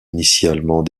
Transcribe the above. initialement